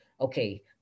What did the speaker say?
okay